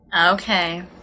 Okay